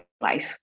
life